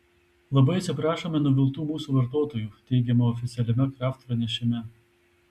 labai atsiprašome nuviltų mūsų vartotojų teigiama oficialiame kraft pranešime